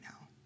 now